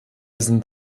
sind